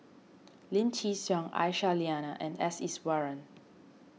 Lim Chin Siong Aisyah Lyana and S Iswaran